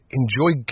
enjoy